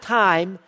time